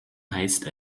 heißt